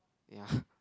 ya